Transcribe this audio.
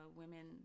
women